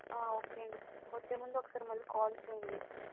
ఒకే అండి వచ్చేముందు ఒకసారి మళ్ళి కాల్ చేయండి